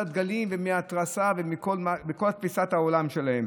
הדגלים ומההתרסה ומכל תפיסת העולם שלהן.